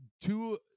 two